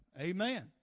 Amen